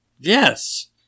Yes